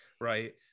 right